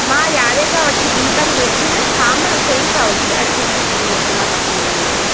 मां यारहें खां वठी ॿीं ताईं वेठी आहियां शाम जो चईं खां वठी अठें ताईं क्लिनिक ते मां तव्हांखे मिलंदीमांव